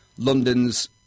London's